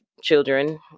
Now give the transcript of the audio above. children